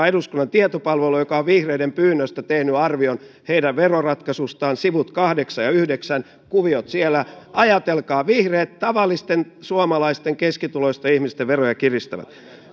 eduskunnan tietopalvelua joka on vihreiden pyynnöstä tehnyt arvion heidän veroratkaisustaan sivut kahdeksan ja yhdeksän kuviot siellä ajatelkaa vihreät tavallisten suomalaisten keskituloisten ihmisten veroja kiristävät